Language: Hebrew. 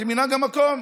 כמנהג המקום.